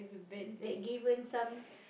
like given some